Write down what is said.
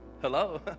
Hello